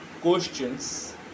questions